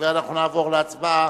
ואנחנו נעבור להצבעה.